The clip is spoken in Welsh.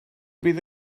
bydd